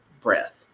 breath